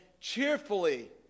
cheerfully